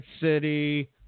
City